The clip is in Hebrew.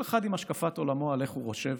כל אחד עם השקפת עולמו על איך הוא חושב